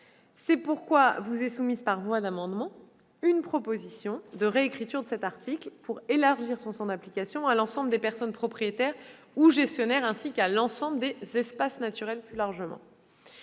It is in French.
C'est pourquoi vous est soumise par voie d'amendement une proposition de réécriture de cet article, afin d'élargir son champ d'application à l'ensemble des personnes propriétaires ou gestionnaires, ainsi qu'à l'ensemble des « espaces naturels ». La liste